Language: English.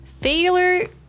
Failure